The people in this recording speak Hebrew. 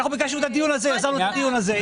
אנחנו ביקשנו את הדיון הזה, יזמנו את הדיון הזה.